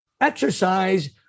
exercise